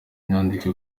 inyandiko